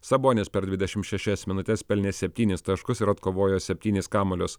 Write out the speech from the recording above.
sabonis per dvidešim šešias minutes pelnė septynis taškus ir atkovojo septynis kamuolius